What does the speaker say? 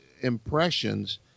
impressions